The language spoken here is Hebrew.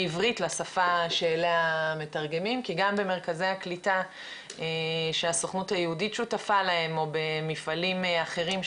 אני ליוויתי עוד בעברי נושא של תהליך הקרדיטציה שהיה בבתי חולים,